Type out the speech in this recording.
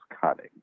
cutting